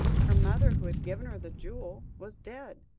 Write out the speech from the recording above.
her mother, who had given her the jewel, was dead.